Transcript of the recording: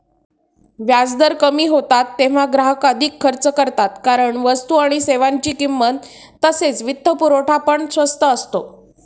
व्याजदर कमी होतात तेव्हा ग्राहक अधिक खर्च करतात कारण वस्तू आणि सेवांची किंमत तसेच वित्तपुरवठा पण स्वस्त असतो